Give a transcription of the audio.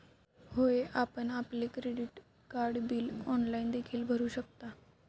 होय, आपण आपले क्रेडिट कार्ड बिल ऑनलाइन देखील भरू शकता